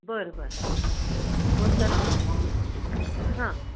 बरं बरं हो तर हां